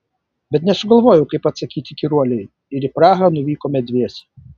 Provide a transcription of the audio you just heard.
bet nesugalvojau kaip atsakyti įkyruolei ir į prahą nuvykome dviese